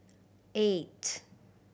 eight